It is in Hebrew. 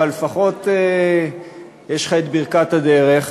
אבל לפחות יש לך ברכת הדרך.